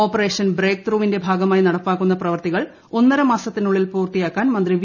operation breakthrough വിന്റെ ഭാഗമായി നടപ്പാക്കുന്ന പ്രവൃത്തികൾ ഒന്നര മാസത്തിനുള്ളിൽ പൂർത്തിയാക്കാൻ മന്ത്രി വി